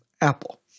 Apple